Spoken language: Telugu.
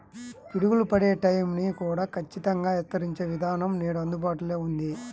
పిడుగులు పడే టైం ని కూడా ఖచ్చితంగా హెచ్చరించే విధానం నేడు అందుబాటులో ఉంది